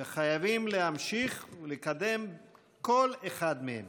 וחייבים להמשיך ולקדם כל אחד מהם.